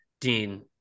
Dean